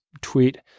tweet